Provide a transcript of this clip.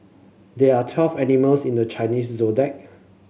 there are twelve animals in the Chinese Zodiac